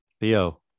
Theo